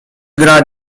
gra